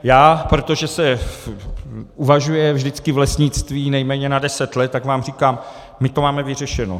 Já, protože se uvažuje vždycky v lesnictví nejméně na deset let, tak vám říkám, my to máme vyřešeno.